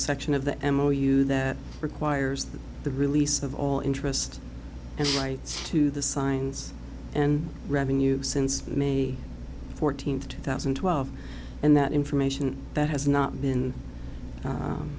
section of the m o u that requires that the release of all interest and rights to the signs and revenues since may fourteenth two thousand and twelve and that information that has not been